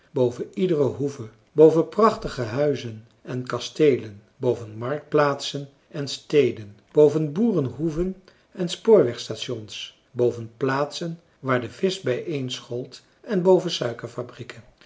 iedere hoeve boven prachtige huizen en kasteelen boven marktplaatsen en steden boven boerenhoeven en spoorwegstations boven plaatsen waar de visch bijeenschoolt en